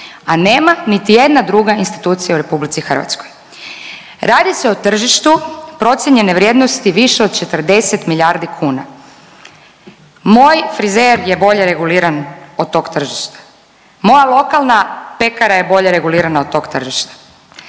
a nema niti jedna druga institucija u RH. Radi se o tržištu procijenjene vrijednosti više od 40 milijardi kuna. Moj frizer je bolje reguliran od tog tržišta. Moja lokalna pekara je bolje regulirana od tog tržišta.